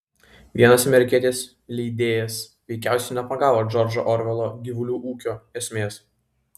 vienas amerikietis leidėjas veikiausiai nepagavo džordžo orvelo gyvulių ūkio esmės